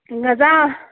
ꯉꯥꯖꯥ